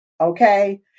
okay